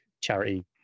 charity